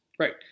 Right